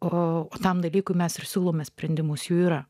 o tam dalykui mes ir siūlome sprendimus jų yra